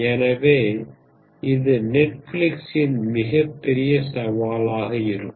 எனவே இது நெட்ஃபிலிக்ஸின் மிக பெரிய சவாலாக இருக்கும்